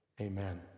amen